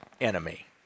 enemy